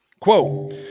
Quote